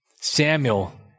Samuel